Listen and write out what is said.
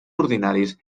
ordinaris